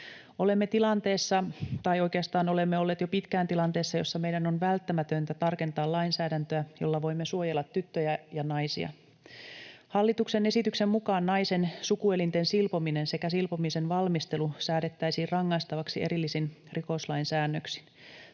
olemme olleet jo pitkään tilanteessa, jossa meidän on välttämätöntä tarkentaa lainsäädäntöä, jolla voimme suojella tyttöjä ja naisia. Hallituksen esityksen mukaan naisen sukuelinten silpominen sekä silpomisen valmistelu säädettäisiin rangaistavaksi erillisin rikoslain säännöksin.